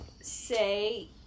say